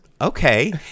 okay